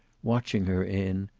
watching her in,